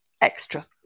extra